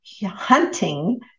Hunting